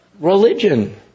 religion